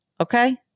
Okay